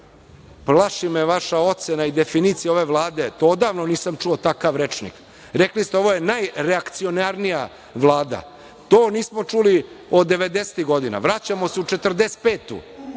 me vaša ocena i definicija ove Vlade, to odavno nisam čuo takav rečnik. Rekli ste – ovo je najreakcionarnija Vlada. To nismo čuli od 90-ih godina. Vraćamo se u 1945. godinu,